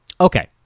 Okay